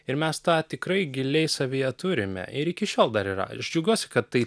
ir mes tą tikrai giliai savyje turime ir iki šiol dar yra aš džiaugiuosi kad tai